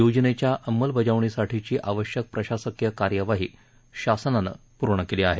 योजनेच्या अंमलबजावणीसाठीची आवश्यक प्रशासकीय कार्यवाही शासनानं पूर्ण केली आहे